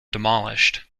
demolished